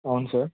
అవును సార్